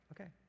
okay